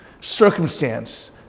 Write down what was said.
circumstance